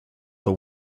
the